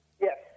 Yes